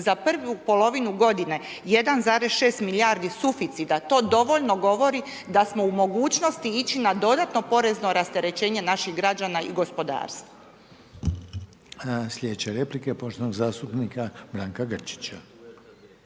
za prvu polovinu godinu 1,6 milijardi suficita, to dovoljno govori da smo u mogućnosti ići na dodatno porezno rasterećenje naših građana i gospodarstva.